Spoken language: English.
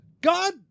God